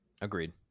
Agreed